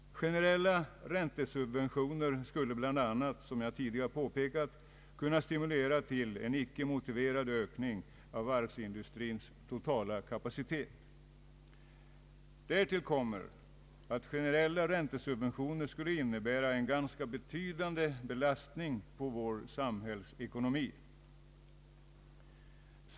Generella - räntesubventioner 'skulle bl.a., som jag tidigare påpekat, kunna stimulera till en icke motiverad ökning av varvsindustrins totala kapacitet. Därtill kommer att generella räntesubventioner skulle innebära en ganska betydande belastning på vår samhällsekonomi.